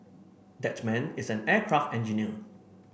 that man is an aircraft engineer